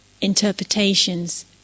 interpretations